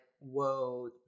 whoa